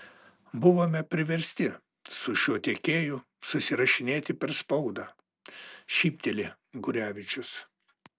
buvome priversti su šiuo tiekėju susirašinėti per spaudą šypteli gurevičius